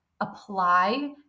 apply